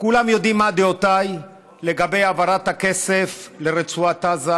כולם יודעים מה דעותיי לגבי העברת הכסף לרצועת עזה,